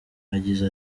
yagize